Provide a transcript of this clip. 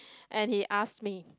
and he ask me